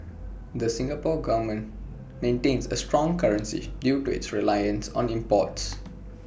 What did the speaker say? the Singapore Government maintains A strong currency due to its reliance on imports